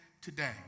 today